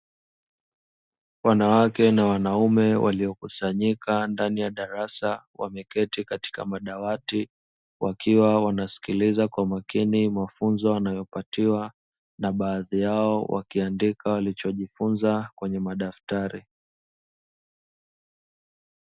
Wanawake na wanaume waliokusanyika ndani ya darasa wameketi katika madawati wakiwa wanasikiliza kwa makini mafunzo wanayopatiwa na baadhi yao wakiandika walichojifunza kwenye madaftari.